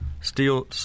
steel